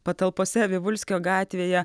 patalpose vivulskio gatvėje